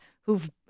who've